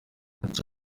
kuki